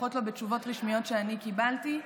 לפחות לא בתשובות רשמיות שאני קיבלתי,